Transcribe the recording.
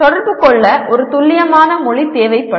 தொடர்பு கொள்ள ஒரு துல்லியமான மொழி தேவைப்படும்